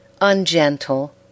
ungentle